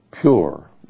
pure